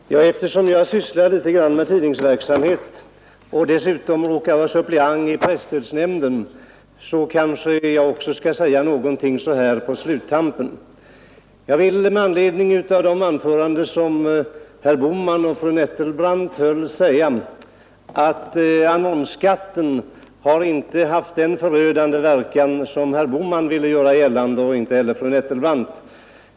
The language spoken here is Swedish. Herr talman! Eftersom jag sysslar litet grand med tidningsverksamhet och dessutom råkar vara suppleant i presstödnämnden kanske jag också skall säga någonting så här på sluttampen. Jag vill säga med anledning av de anföranden som herr Bohman och fru Nettelbrandt hållit, att annonsskatten inte haft den förödande verkan som herr Bohman och fru Nettelbrandt vill göra gällande.